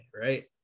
right